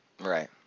right